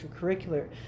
extracurricular